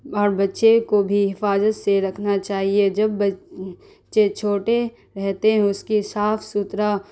اور بچے کو بھی حفاجت سے رکھنا چاہیے جب بچے چھوٹے رہتے ہوں اس کی صاف ستھرا